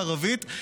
בערבית,